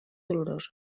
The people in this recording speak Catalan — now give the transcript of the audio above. dolorosa